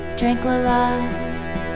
tranquilized